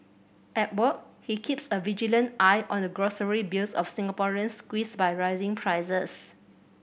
at work he keeps a vigilant eye on the grocery bills of Singaporeans squeezed by rising prices